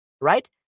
Right